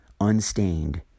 unstained